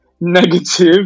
negative